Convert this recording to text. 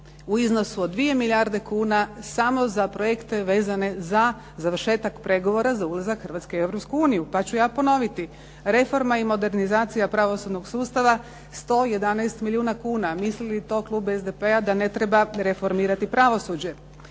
u iznosu od 2 milijarde kuna samo za projekte vezane za završetak pregovora za ulazak Hrvatske u Europsku uniju. Pa ću ja ponoviti reforma i modernizacija pravosudnog sustava 111 milijuna kuna. Misli li to klub SDP-a da ne treba reformirati pravosuđe?